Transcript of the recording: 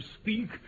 speak